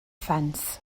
fence